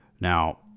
Now